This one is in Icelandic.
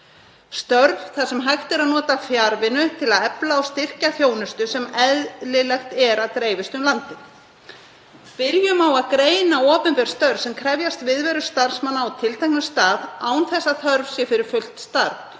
störf þar sem hægt er að nota fjarvinnu til að efla og styrkja þjónustu sem eðlilegt er að dreifist um landið. Byrjum á að greina opinber störf sem krefjast viðveru starfsmanna á tilteknum stað án þess að þörf sé fyrir fullt starf.